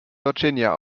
virginia